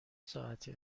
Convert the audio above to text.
ساعتی